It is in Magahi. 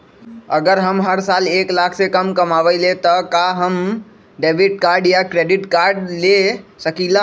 अगर हम हर साल एक लाख से कम कमावईले त का हम डेबिट कार्ड या क्रेडिट कार्ड ले सकीला?